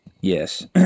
Yes